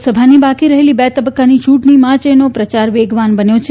લોકસભાની બાકી રહેલી બે તબક્કાની ચ્રંટણી માટેનો પ્રચાર વેગવાન બન્યો છે